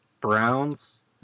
Browns